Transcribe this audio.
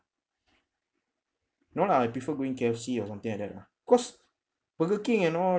no lah I prefer going K_F_C or something like that lah cause burger king and all